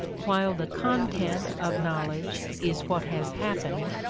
while the content of knowledge is what has happened,